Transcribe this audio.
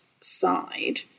side